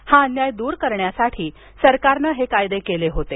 हा अन्याय द्र करण्यासाठी सरकारनं हे कायदे केले होते